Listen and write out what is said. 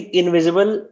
invisible